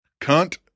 Cunt